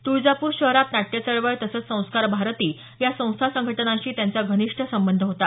तुळजापूर शहरात नाट्य चळवळ तसंच संस्कार भारती या संस्था संघटनाशी त्यांचा घनिष्ठ संबंध होता